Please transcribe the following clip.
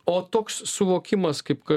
o toks suvokimas kaip